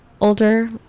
older